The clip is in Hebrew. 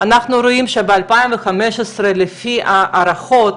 אנחנו רואים שב-2015 לפי ההערכות